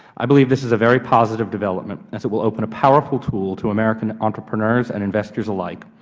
i believe this is a very positive development, as it will open a powerful tool to american entrepreneurs and investors alike,